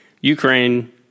Ukraine